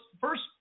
first